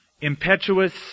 impetuous